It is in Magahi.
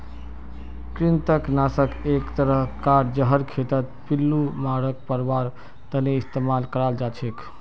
कृंतक नाशक एक तरह कार जहर खेतत पिल्लू मांकड़ मरवार तने इस्तेमाल कराल जाछेक